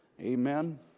Amen